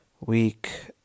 week